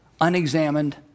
unexamined